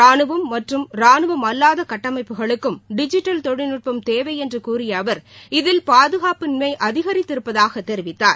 ரானுவம் மற்றும் ரானுவம் அல்லாத கட்டமைப்புகளுக்கும் டிஜிட்டல் தொழில் நுட்பம் தேவை என்று கூறிய அவர் இதில் பாதுகாப்பின்மை அதிகரிப்பதாக தெரிவித்தார்